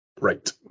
Right